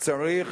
צריך